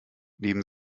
neben